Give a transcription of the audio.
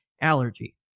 allergy